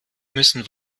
müssen